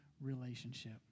relationship